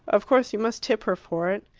of course you must tip her for it.